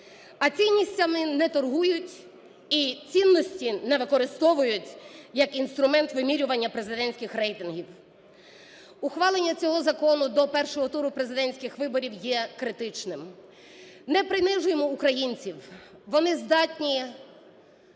А цінностями не торгують і цінності не використовують як інструмент вимірювання президентських рейтингів. Ухвалення цього закону до першого туру президентських виборів є критичним. Не принижуємо українців, вони здатні